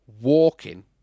walking